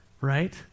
right